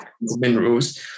minerals